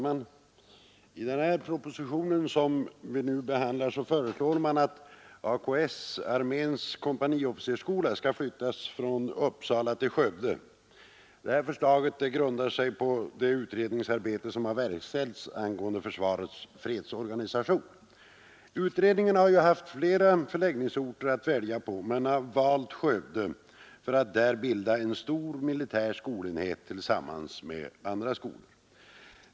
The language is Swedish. Herr talman! I den proposition som vi nu behandlar föreslås att AKS, Arméns kompaniofficersskola, skall flyttas från Uppsala till Skövde. Detta förslag grundar sig på det utredningsarbete som verkställts angående försvarets fredsorganisation. Utredningen har haft flera förläggningsorter att välja på men valt Skövde för att där bilda en stor militär skolenhet tillsammans med andra skolor.